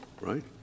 right